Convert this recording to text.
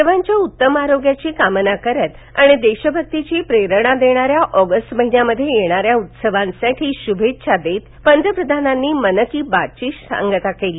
सर्वाच्या उत्तम आरोग्याची कामना करत आणि देशभक्तीची प्रेरणा देणाऱ्या ऑगस्ट महिन्यामध्ये येणाऱ्या उत्सवांसाठी शुभेच्छा देत पंतप्रधानांनी मन की बात ची सांगता केली